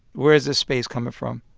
where is this space coming from?